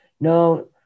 No